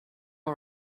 all